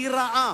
היא רעה.